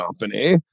company